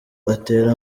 atere